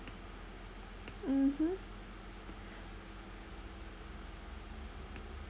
mmhmm